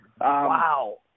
Wow